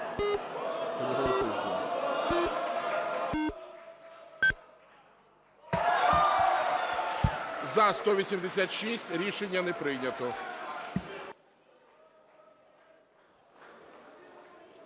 За-186 Рішення не прийнято.